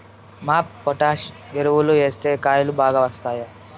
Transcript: MOP potash ఎరువులు వేస్తే కాయలు బాగా వస్తాయా?